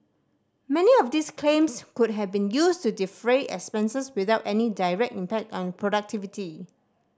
many of these claims could have been used to defray expenses without any direct impact on productivity